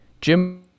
Jim